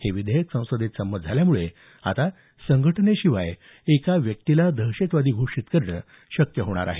हे विधेयक संमत झाल्यामुळे आता संघटनेव्यतिरिक्त एका व्यक्तीला दहशतवादी घोषीत करणं शक्य होणार आहे